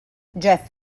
jeff